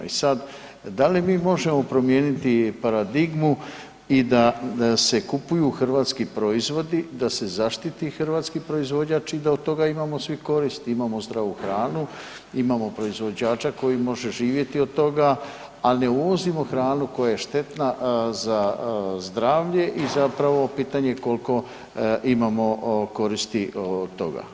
E sad, da li mi možemo promijeniti paradigmu i da se kupuju hrvatski proizvodi, da se zaštiti hrvatski proizvođač i da od toga imamo svi koristi, imamo zdravu hranu, imamo proizvođača koji može živjeti od toga a ne uvozimo hranu koja je štetna za zdravlje i zapravo pitanje koliko imamo koristi od toga?